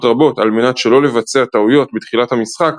רבות על מנת שלא לבצע טעויות בתחילת המשחק,